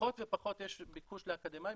פחות ופחות יש ביקוש לאקדמאיים,